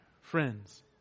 friends